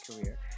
career